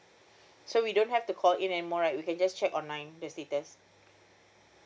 so we don't have to call in and more right we can just check online the status